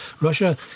Russia